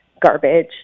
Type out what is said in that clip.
garbage